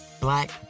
black